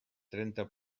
trenta